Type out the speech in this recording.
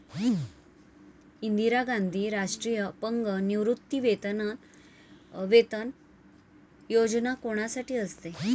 इंदिरा गांधी राष्ट्रीय अपंग निवृत्तीवेतन योजना कोणासाठी असते?